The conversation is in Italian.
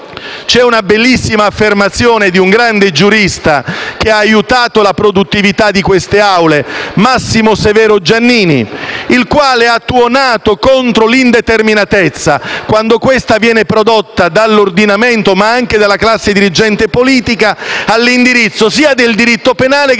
C'è una bellissima affermazione di un grande giurista che ha aiutato la produttività di queste Aule, Massimo Severo Giannini, il quale ha tuonato contro l'indeterminatezza quando questa viene prodotta dall'ordinamento, ma anche dalla classe dirigente politica all'indirizzo sia del diritto penale che del diritto fiscale